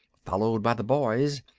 followed by the boys,